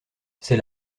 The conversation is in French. c’est